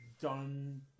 done